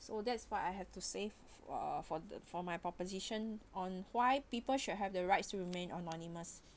so that's what I have to save uh for for my proposition on why people should have the rights to remain anonymous